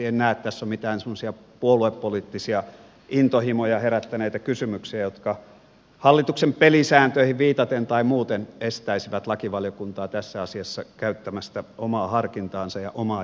en näe että tässä on mitään semmoisia puoluepoliittisia intohimoja herättäneitä kysymyksiä jotka hallituksen pelisääntöihin viitaten tai muuten estäisivät lakivaliokuntaa tässä asiassa käyttämästä omaa harkintaansa ja omaa järkeään